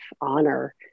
honor